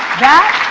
that,